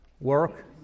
Work